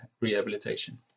rehabilitation